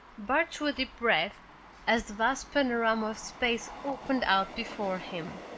bart drew a deep breath as the vast panorama of space opened out before him.